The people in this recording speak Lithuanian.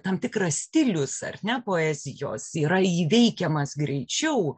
tam tikras stilius ar ne poezijos yra įveikiamas greičiau